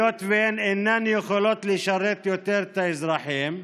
היות שהן אינן יכולות לשרת יותר את האזרחים,